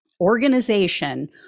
organization